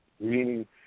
Meaning